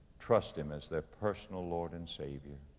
trust him as their personal lord and savior.